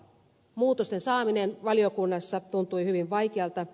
muutosten saaminen valiokunnassa tuntui hyvin vaikealta